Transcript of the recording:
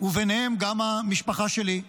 וביניהם גם המשפחה שלי,